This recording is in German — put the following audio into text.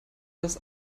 dass